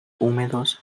húmedos